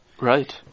Right